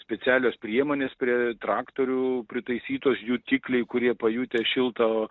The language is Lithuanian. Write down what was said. specialios priemonės prie traktorių pritaisytos jutikliai kurie pajutę šiltą